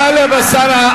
טלב אלסאנע,